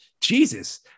Jesus